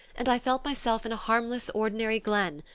and i felt myself in a harmless ordinary glen,